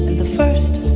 the first